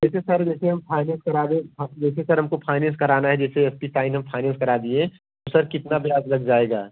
जैसे सर देखिए हम फायनेंस करा दें फस जैसे सर हमको फायनेंस कराना है जैसे एफ टी साइन हम फायनेंस करा दिए सर कितना ब्याजलग जाएगा